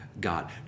God